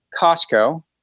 Costco